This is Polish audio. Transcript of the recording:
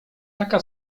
taka